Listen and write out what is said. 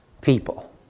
people